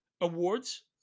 awards